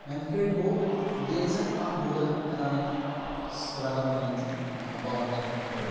مٮ۪ن کھیڈ گوٚو ییٚلہِ زَن اَکھ بولَر رَن اَپ سہٕ رَن اَپ اَنان چھُ بال کَرنہٕ خٲطرٕ